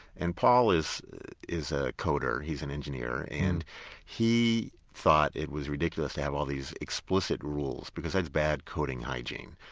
and paul is is a coder, he's an engineer. and he thought it was ridiculous to have all these explicit rules because that's bad coding hygiene.